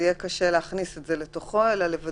עלה פה